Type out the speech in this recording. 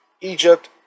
Egypt